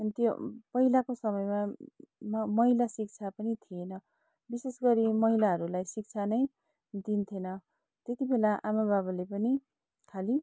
अनि त्यो पहिलाको समयमा म महिला शिक्षा पनि थिएन विशेष गरी महिलाहरूलाई चाहिँ शिक्षा नै दिन्थेन त्यति बेला आमाबाबाले पनि खालि